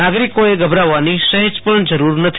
નાગરિકોએ ગભરાવાની સહેજ પણ જરૂર નથી